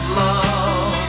love